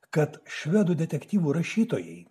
kad švedų detektyvų rašytojai